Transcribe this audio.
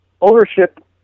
ownership